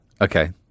Okay